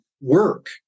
work